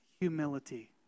Humility